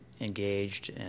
engaged